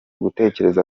gutekereza